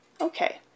Okay